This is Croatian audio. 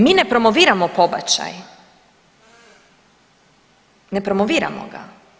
Mi ne promoviramo pobačaj, ne promoviramo ga.